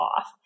off